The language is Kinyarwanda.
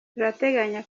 turateganya